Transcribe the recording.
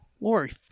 Lori